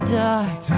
dark